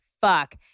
fuck